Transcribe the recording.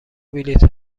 بلیط